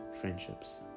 friendships